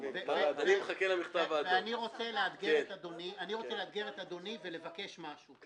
ואני רוצה לאתגר את אדוני ולבקש משהו.